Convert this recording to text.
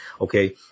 Okay